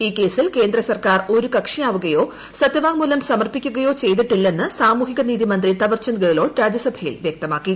ഈ കേസിൽ കേന്ദ്ര സർക്കാർ ഒരു കക്ഷിയാവുകയോ സത്യവാങ്മൂലം സമർപ്പിക്കുകയോ ചെയ്തിട്ടില്ലെന്ന് സാമൂഹിക നീതി മന്ത്രി തവർ ചന്ദ് ഗഹ്ലോട്ട് രാജ്യസഭയിൽ വ്യക്തമാക്കി